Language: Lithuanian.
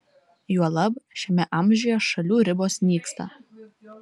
juolab šiame amžiuje šalių ribos nyksta